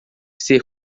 ser